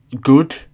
good